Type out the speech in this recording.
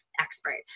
expert